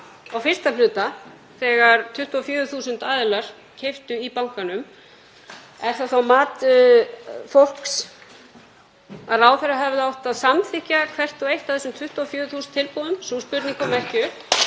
á fyrsta hluta þegar 24.000 aðilar keyptu í bankanum. Er það mat fólks að ráðherra hefði átt að samþykkja hvert og eitt af þessum 24.000 tilboðum? Sú spurning kom ekki